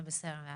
זה בסדר.